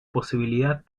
posibilidad